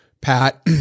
pat